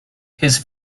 his